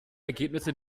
ergebnisse